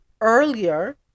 earlier